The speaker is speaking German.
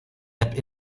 app